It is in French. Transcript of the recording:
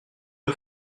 peu